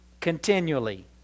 continually